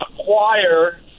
acquire